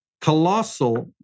colossal